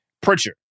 Pritchard